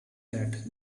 that